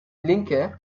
linke